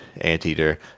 anteater